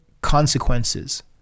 consequences